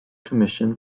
commission